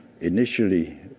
initially